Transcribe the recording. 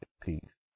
Peace